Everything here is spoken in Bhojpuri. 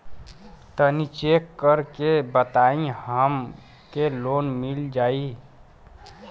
तनि चेक कर के बताई हम के लोन मिल जाई?